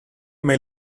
may